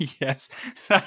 yes